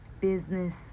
business